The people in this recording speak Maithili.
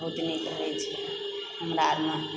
गोतनीके दए छै हमरा आरमे